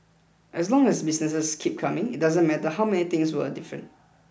as long as business keep coming it doesn't matter how many things were different